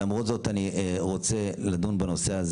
ולמרות זאת אני רוצה לדון בנושא הזה